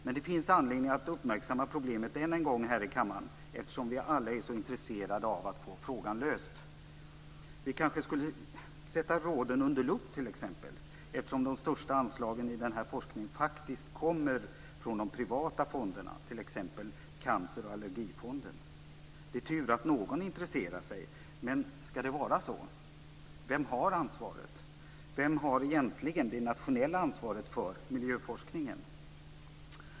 Men det finns anledning att uppmärksamma problemet än en gång här i kammaren, eftersom vi alla är så intresserade av att få frågan löst. Vi kanske t.ex. skulle sätta råden under lupp. De största anslagen när det gäller den här forskningen kommer faktiskt från de privata fonderna, t.ex. Cancer och allergifonden. Det är tur att någon intresserar sig. Men skall det vara så här? Vem har ansvaret? Vem har egentligen det nationella ansvaret för miljöforskningen?